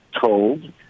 told